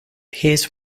his